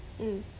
mm